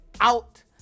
out